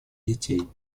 детей